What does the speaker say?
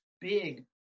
big